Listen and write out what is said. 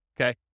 okay